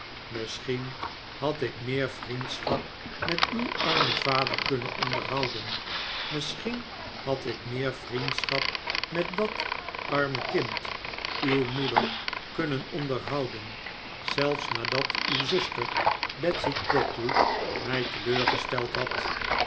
misschien had ik meer vriendschap met uw armeri vader kunnen onderhouden misschien had ik meer vriendschap met dat arme kind uw moeder kunnen onderhouden zelfs nadat uw zuster betsey trotwood mij teleurgesteld had